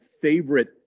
favorite